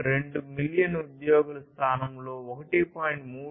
2 million ఉద్యోగులు స్థానంలో 1